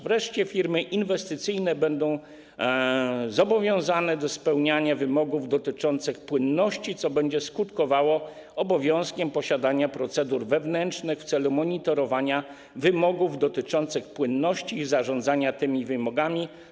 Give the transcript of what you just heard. Wreszcie firmy inwestycyjne będą zobowiązane do spełniania wymogów dotyczących płynności, co będzie skutkowało obowiązkiem posiadania procedur wewnętrznych w celu monitorowania wymogów dotyczących płynności i zarządzania tymi wymogami.